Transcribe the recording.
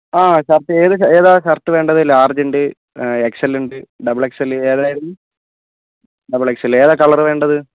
ആ ഷർട്ട് ഏത് ഏതാണ് ഷർട്ട് വേണ്ടത് ലാർജ് ഉണ്ട് എക്സ് എൽ ഉണ്ട് ഡബിൾ എക്സ് എൽ ഏതായിരുന്നു ഡബിൾ എക്സ് എൽ ഏതാണ് കളർ വേണ്ടത്